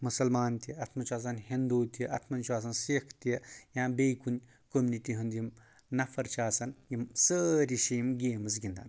مُسلمان تہِ اتھ منٛز چھُ آسان ہِندوٗ تہٕ اتھ منٛز چھُ آسان سِکھ تہِ یا بیٚیہِ کُنہِ کمنٹی ہُند یِم نَفر چھِ آسان یٕم سٲری چھِ یِم گیمٕز گِندان